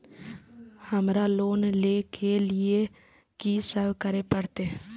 हमरा लोन ले के लिए की सब करे परते?